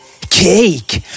Cake